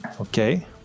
Okay